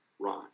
Ron